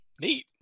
neat